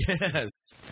Yes